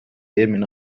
eelmine